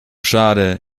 schade